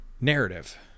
narrative